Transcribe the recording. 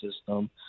system